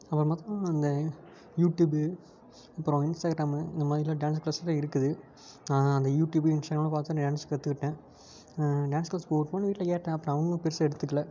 அப்புறமா தான் அந்த யுடியூபு அப்பறம் இன்ஸ்டாகிராமு இந்த மாதிரிலாம் டேன்ஸு க்ளாஸ்லாம் இருக்குது நான் அந்த யுடியூபு இன்ஸ்டாகிராம்லாம் பார்த்து தான் நான் டேன்ஸ் கற்றுக்கிட்டேன் டேன்ஸ் க்ளாஸ் போகட்டுமானு வீட்டில் கேட்டேன் அப்புறம் அவங்களும் பெருசாக எடுத்துக்கல